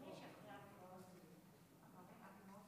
אדוני היושב-ראש,